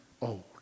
old